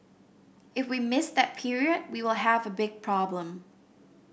if we miss that period we will have a big problem